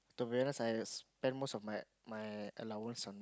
to be honest I spend most of my my allowance on